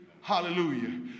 Hallelujah